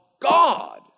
God